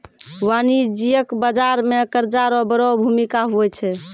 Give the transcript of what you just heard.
वाणिज्यिक बाजार मे कर्जा रो बड़ो भूमिका हुवै छै